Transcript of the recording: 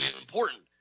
important